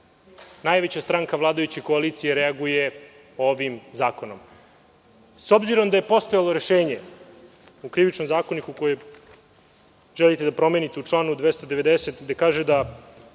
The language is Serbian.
najveća stranka vladajuće koalicije reaguje ovim zakonom.S obzirom da je postojalo rešenje u Krivičnom zakoniku koje želite da promenite u članu 290, gde se kaže da